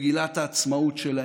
מגילת העצמאות שלהם,